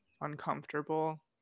uncomfortable